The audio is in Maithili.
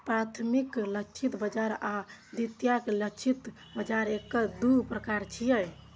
प्राथमिक लक्षित बाजार आ द्वितीयक लक्षित बाजार एकर दू प्रकार छियै